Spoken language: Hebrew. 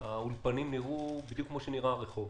האולפנים נראו בדיוק כפי שנראה הרחוב.